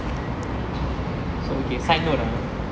so okay side note ah